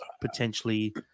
potentially